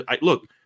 Look